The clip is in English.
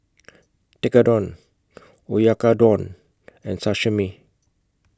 Tekkadon Oyakodon and Sashimi